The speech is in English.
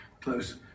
close